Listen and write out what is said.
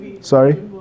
Sorry